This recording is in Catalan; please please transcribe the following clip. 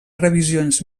revisions